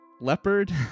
leopard